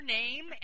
name